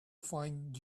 find